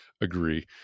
agree